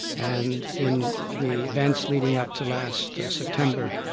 and in the events leading up to last september,